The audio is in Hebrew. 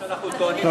אנחנו טוענים שזה